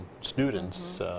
students